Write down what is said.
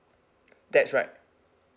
that's right